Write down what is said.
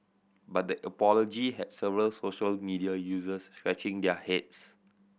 but the apology had several social media users scratching their heads